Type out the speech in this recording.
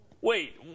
Wait